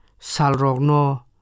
Salrogno